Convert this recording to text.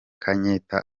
kenyatta